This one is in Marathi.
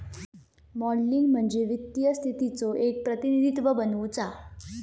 मॉडलिंग म्हणजे वित्तीय स्थितीचो एक प्रतिनिधित्व बनवुचा